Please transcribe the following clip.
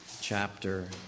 chapter